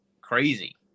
crazy